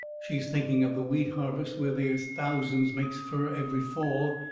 she is thinking of the wheat harvest where they is thousands makes fur every fall.